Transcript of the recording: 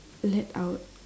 let out